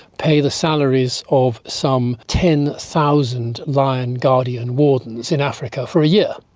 pay the salaries of some ten thousand lion guardian wardens in africa for a year.